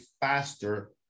faster